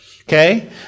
Okay